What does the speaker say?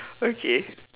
okay